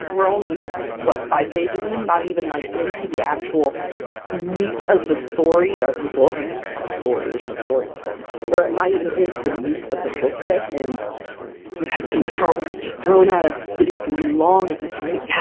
we're only what? five pages-in? not even like, into the actual meat of the story of the book not the story there's no story in it but we're not even into the meat of the book yet, and we've had so much artwork just thrown at us! this video's gonna be long at this rate, yeah